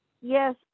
yes